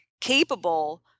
capable